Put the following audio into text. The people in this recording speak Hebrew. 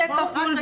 זה סכום כפול,